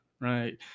right